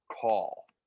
call